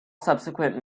subsequent